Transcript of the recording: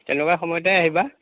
তেনেকুৱা সময়তেই আহিবা